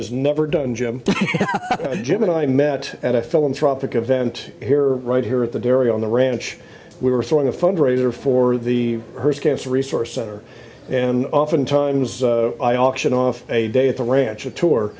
is never done jim jim and i met at a philanthropic event here right here at the dairy on the ranch we were throwing a fundraiser for the her scarce resource center and often times i auctioned off a day at the ranch a tour